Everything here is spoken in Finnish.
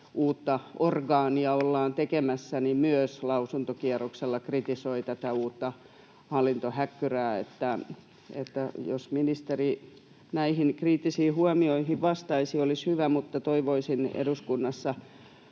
uutta orgaania ollaan tekemässä, myös lausuntokierroksella kritisoi tätä uutta hallintohäkkyrää. Eli jos ministeri näihin kriittisiin huomioihin vastaisi, olisi hyvä, mutta toivoisin kyllä eduskunnassa